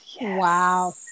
wow